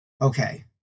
okay